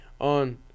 on